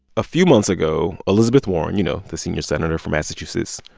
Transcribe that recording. a few months ago, elizabeth warren, you know, the senior senator from massachusetts,